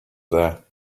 there